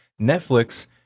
Netflix